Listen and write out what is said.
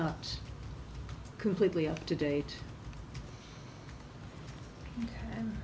not completely up to date and